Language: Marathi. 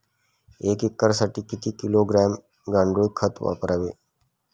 एक एकरसाठी किती किलोग्रॅम गांडूळ खत वापरावे?